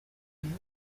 ariko